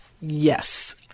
Yes